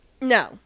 no